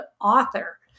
author